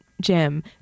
Jim